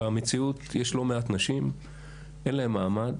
במציאות יש לא מעט נשים שאין להן מעמד,